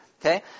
Okay